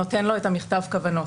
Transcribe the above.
נותן לו את מכתב הכוונות.